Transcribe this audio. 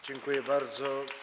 Dziękuję bardzo.